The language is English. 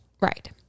Right